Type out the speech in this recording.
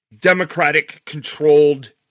Democratic-controlled